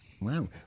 Wow